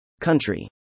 country